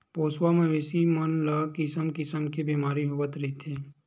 पोसवा मवेशी मन ल किसम किसम के बेमारी होवत रहिथे